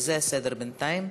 זה הסדר בינתיים.